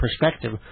perspective